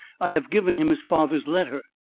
i have given him his father's letter.